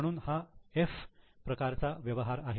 म्हणून हा 'F' प्रकारचा व्यवहार आहे